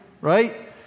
right